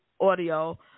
audio